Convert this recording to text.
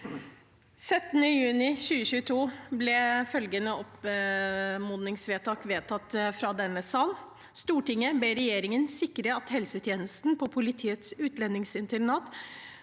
17. juni 2022 ble følgende anmodningsforslag vedtatt i denne sal: «Stortinget ber regjeringen sikre at helsetjenesten på Politiets utlendingsinternat,